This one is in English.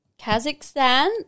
Kazakhstan